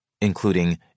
including